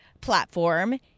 platform